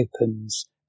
opens